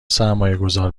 سرمایهگذار